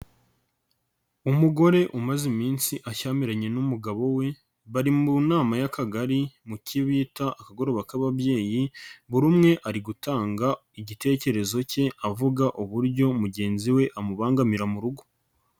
Umugore umaze iminsi ashyamiranye n'umugabo we, bari mu nama y'akagari mu cyo bita akagoroba k'ababyeyi, buri umwe ari gutanga igitekerezo cye avuga uburyo mugenzi we amubangamira mu rugo.